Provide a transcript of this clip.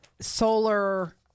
solar